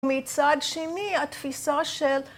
מצד שני התפיסה של